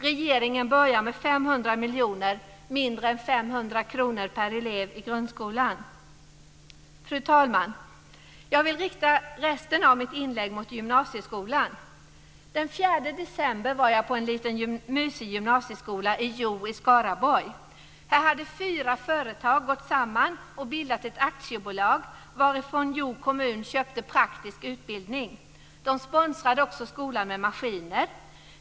Regeringen börjar med 500 miljoner, mindre än 500 kr per elev i grundskolan. Fru talman! Jag vill rikta resten av mitt anförande mot gymnasieskolan. Den 4 december var jag på en liten, mysig gymnasieskola i Hjo i Skaraborg. Här hade fyra företag gått samman och bildat ett aktiebolag, varifrån Hjo kommun köpte praktisk utbildning. Bolaget sponsrade också skolan med maskiner.